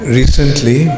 recently